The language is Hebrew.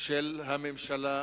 של הממשלה,